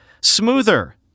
smoother